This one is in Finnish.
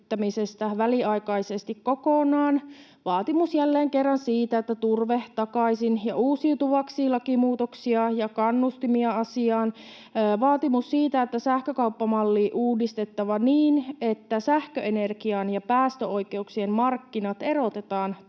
väliaikaisesti kokonaan, vaatimus jälleen kerran siitä, että turve takaisin ja uusiutuvaksi: lakimuutoksia ja kannustimia asiaan, vaatimus siitä, että sähkökauppamalli on uudistettava niin, että sähköener-gian ja päästöoikeuksien markkinat erotetaan toisistaan,